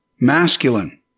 masculine